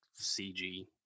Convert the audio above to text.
cg